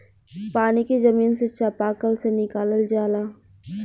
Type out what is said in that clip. पानी के जमीन से चपाकल से निकालल जाला